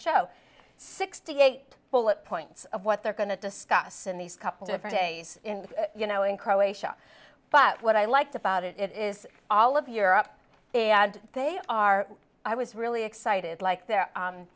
show sixty eight bullet points of what they're going to discuss in these couple different days you know in croatia but what i liked about it is all of europe and they are i was really excited like the